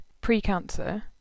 pre-cancer